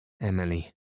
Emily